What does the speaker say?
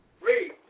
Read